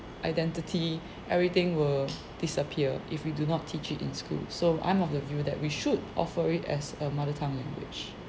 identity everything will disappear if we do not teach it in school so I'm of the view that we should offer it as a mother tongue language